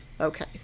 Okay